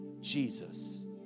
Jesus